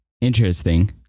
Interesting